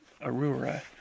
Aurora